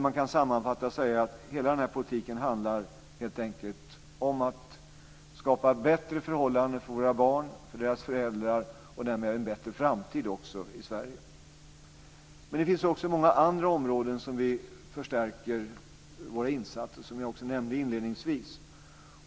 Man kan sammanfatta det hela och säga: Hela den här politiken handlar helt enkelt om att skapa bättre förhållanden för våra barn, för deras föräldrar och därmed också en bättre framtid i Sverige. Men det finns också många andra områden där vi förstärker våra insatser, som jag nämnde inledningsvis.